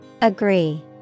Agree